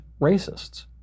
racists